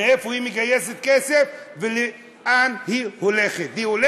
איפה היא מגייסת כסף ולאן היא הולכת,